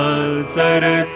Saraswati